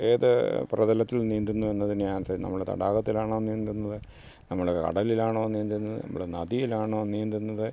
ഏത് പ്രതലത്തിൽ നീന്തുന്നു എന്നതിനെ അനുസ നമ്മൾ തടാകത്തിലാണോ നീന്തുന്നത് നമ്മൾ കടലിലാണോ നീന്തുന്നത് നമ്മൾ നദിയിലാണോ നീന്തുന്നത്